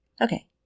Okay